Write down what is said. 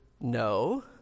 no